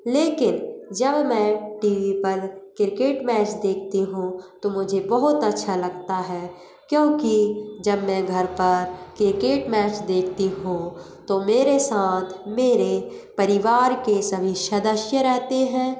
लेकिन जब मै टी वी पर क्रिकेट मैच देखती हूँ तो मुझे बहुत अच्छा लगता है क्योकि जब मै घर पर क्रिकेट मैच देखती हूँ तो मेरे साथ मेरे परिवार के सभी सदस्य रहते हैं